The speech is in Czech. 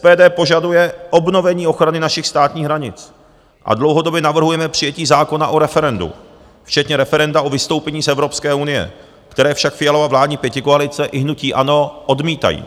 SPD požaduje obnovení ochrany našich státních hranic a dlouhodobě navrhujeme přijetí zákona o referendu, včetně referenda o vystoupení z Evropské unie, které však Fialova vládní pětikoalice i hnutí ANO odmítají.